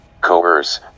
coerce